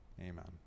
amen